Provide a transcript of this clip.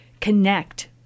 connect